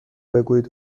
بگویید